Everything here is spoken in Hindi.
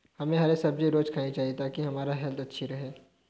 हमे हरी सब्जी रोज़ खानी चाहिए ताकि हमारी हेल्थ अच्छी रहे